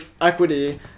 equity